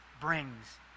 brings